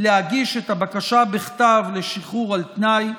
להגיש את הבקשה בכתב לשחרור על תנאי,